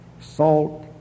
salt